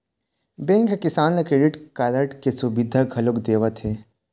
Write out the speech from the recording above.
bank ह किसान ल क्रेडिट कारड के सुबिधा घलोक देवत हे